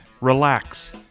relax